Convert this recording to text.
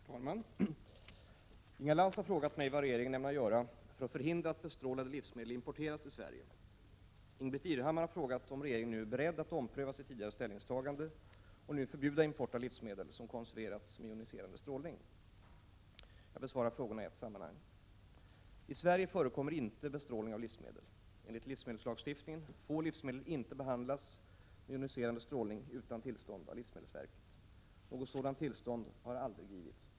Herr talman! Inga Lantz har frågat mig vad regeringen ämnar göra för att förhindra att bestrålade livsmedel importeras till Sverige. Ingbritt Irhammar har frågat om regeringen är beredd att ompröva sitt tidigare ställningstagande och nu förbjuda import av livsmedel som konserverats med joniserande strålning. Jag besvarar frågorna i ett sammanhang. I Sverige förekommer inte bestrålning av livsmedel. Enligt livsmedelslagstiftningen får livsmedel inte behandlas med joniserande strålning utan tillstånd av livmedelsverket. Något sådant tillstånd har aldrig givits.